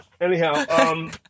Anyhow